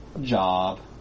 Job